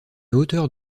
hauteur